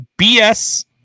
BS